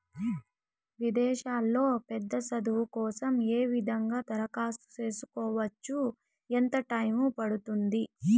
విదేశాల్లో పెద్ద చదువు కోసం ఏ విధంగా దరఖాస్తు సేసుకోవచ్చు? ఎంత టైము పడుతుంది?